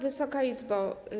Wysoka Izbo!